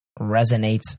resonates